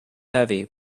heavy